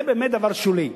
זה באמת דבר שולי.